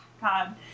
God